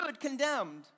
Condemned